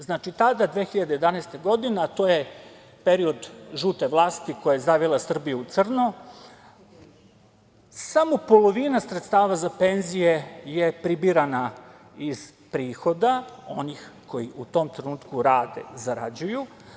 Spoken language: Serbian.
Znači, tada, 2011. godine, a to je period žute vlasti, koja je zavila Srbiju u crno, samo polovina sredstava za penzije je pribirana iz prihoda, onih koji u tom trenutku rade, zarađuju.